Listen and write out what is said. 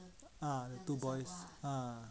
ah two boys ah